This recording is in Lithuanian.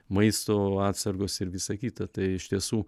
maisto atsargos ir visa kita tai iš tiesų